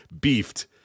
beefed